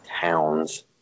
towns